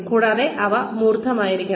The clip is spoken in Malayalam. കൂടാതെ അവ മൂർത്തമായിരിക്കണം